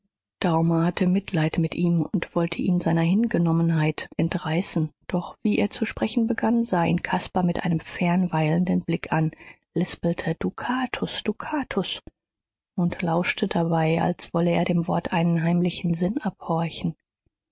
hatte mitleid mit ihm und wollte ihn seiner hingenommenheit entreißen doch wie er zu sprechen begann sah ihn caspar mit einem fernweilenden blick an lispelte dukatus dukatus und lauschte dabei als wolle er dem wort einen heimlichen sinn abhorchen